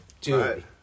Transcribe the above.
Dude